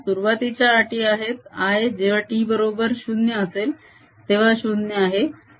सुरुवातीच्या अटी आहेत I जेव्हा t बरोबर 0 असेल तेव्हा 0 आहे